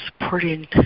supporting